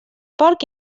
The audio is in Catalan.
porc